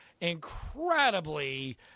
incredibly